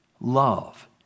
love